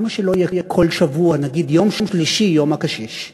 למה שלא יהיה כל שבוע, נגיד יום שלישי, יום הקשיש?